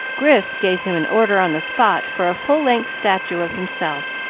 grif gave him an order on the spot for a full-length statue of himself,